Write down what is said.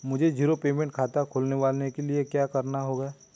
मुझे zero payment खाता खुलवाने के लिए क्या करना होगा?